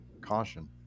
caution